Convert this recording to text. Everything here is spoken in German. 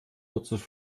kürzlich